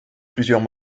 plusieurs